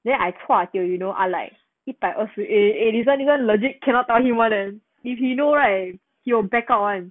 then I chua dio you you know I like 一百二十 eh eh this [one] this [one] legit cannot tell him [one] eh he know right he will backup [one]